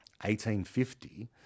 1850